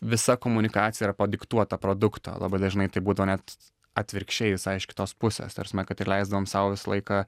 visa komunikacija yra padiktuota produkto labai dažnai tai būdavo net atvirkščiai visai iš kitos pusės ta prasme kad ir leisdavom sau visą laiką